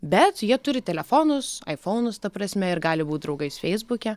bet jie turi telefonus aifonus ta prasme ir gali būt draugais feisbuke